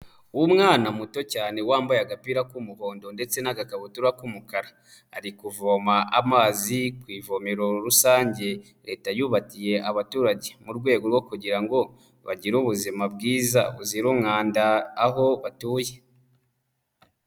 Umwana muto cyane wambaye agapira k'umuhondo ndetse n'agakabutura k'umukara. Ari kuvoma amazi ku ivomero rusange Leta yubakiye abaturage. Mu rwego rwo kugira ngo bagire ubuzima bwiza buzira umwanda aho batuye.